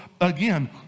again